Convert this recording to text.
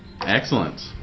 Excellent